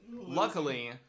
Luckily-